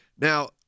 Now